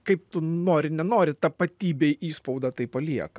kaip tu nori nenori tapatybėj įspaudą tai palieka